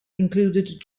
included